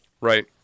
right